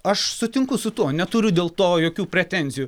aš sutinku su tuo neturiu dėl to jokių pretenzijų